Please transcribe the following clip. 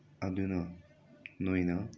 ꯑꯗꯨꯅ ꯅꯣꯏꯅ